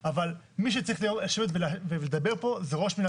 מי שצריך לשבת ולדבר פה זה ראש מנהל